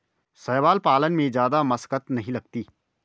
शैवाल पालन में जादा मशक्कत नहीं लगती